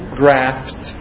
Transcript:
graft